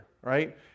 right